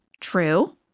True